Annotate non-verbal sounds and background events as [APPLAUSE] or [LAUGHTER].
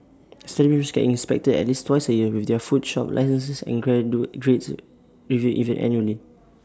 establishments get inspected at least twice A year with their food shop licences and grades [UNINTELLIGIBLE] reviewed annually